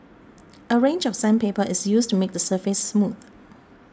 a range of sandpaper is used to make the surface smooth